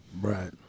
Right